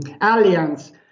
alliance